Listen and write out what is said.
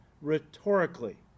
rhetorically